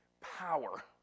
power